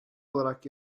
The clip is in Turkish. olarak